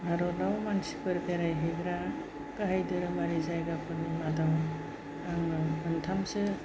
भारताव मानसिफोर बेरायहैग्रा गाहाय धोरोमारि जायगाफोरनि मादाव आङो मोनथामसो